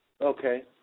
Okay